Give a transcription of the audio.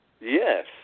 Yes